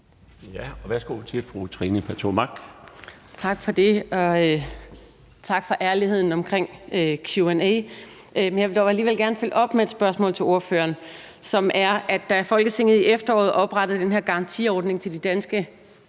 Mach. Kl. 12:38 Trine Pertou Mach (EL): Tak for det, og tak for ærligheden omkring Q and A. Men jeg vil dog alligevel gerne følge op med et spørgsmål til ordføreren. Da Folketinget i efteråret oprettede den her garantiordning til de danske